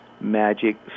magic